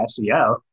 SEO